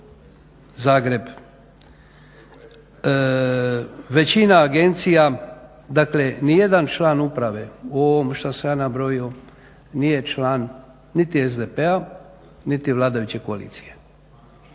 Zagreb, većina agencija. Dakle nijedan član uprave u ovom što sam ja nabrojio nije član niti SDP-a niti vladajuće koalicije,